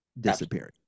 disappearing